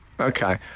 Okay